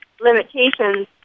limitations